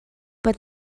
but